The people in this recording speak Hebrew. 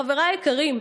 חבריי היקרים,